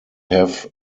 have